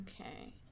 Okay